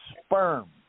sperm